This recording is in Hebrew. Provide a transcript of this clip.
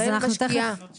יונתן, אני רוצה רגע שתתרכז.